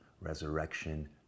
resurrection